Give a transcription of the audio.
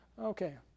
Okay